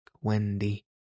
Wendy